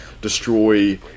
destroy